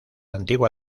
antigua